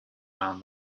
down